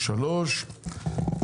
48), התשפ"ג-2023.